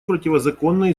противозаконной